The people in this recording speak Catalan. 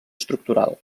estructural